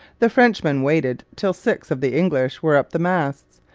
the frenchman waited till six of the english were up the masts.